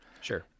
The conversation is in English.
Sure